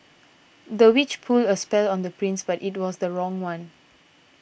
the witch put a spell on the prince but it was the wrong one